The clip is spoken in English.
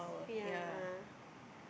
yeah